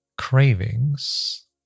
cravings